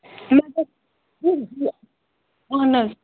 اَہَن حظ